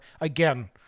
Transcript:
again